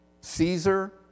Caesar